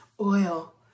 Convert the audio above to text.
oil